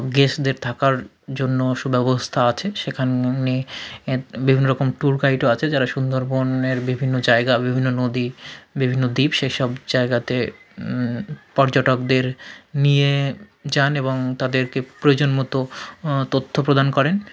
গেস্টদের থাকার জন্য সুব্যবস্থা আছে সেখানে এ বিভিন্ন রকম ট্যুর গাইডও আছে যারা সুন্দরবনের বিভিন্ন জায়গা বিভিন্ন নদী বিভিন্ন দ্বীপ সে সব জায়গাতে পর্যটকদের নিয়ে যান এবং তাদেরকে প্রয়োজন মতো তথ্য প্রদান করেন